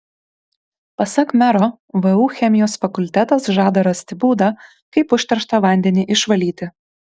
pasak mero vu chemijos fakultetas žada rasti būdą kaip užterštą vandenį išvalyti